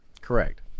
Correct